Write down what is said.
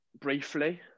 briefly